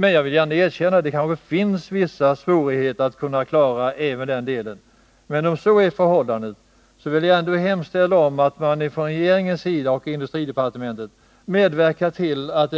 Men jag vill gärna erkänna att det kan finnas vissa svårigheter att klara även denna del. Om så är fallet vill jag hemställa om att regeringen medverkar till att